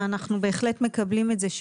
ואנחנו בהחלט מקבלים את זה,